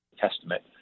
testament